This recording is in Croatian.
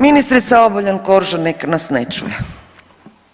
Ministrica Obuljen Koržinek nas ne čuje,